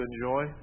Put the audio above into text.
enjoy